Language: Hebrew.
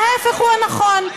ההפך הוא הנכון.